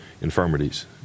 infirmities